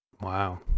Wow